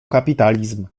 kapitalizm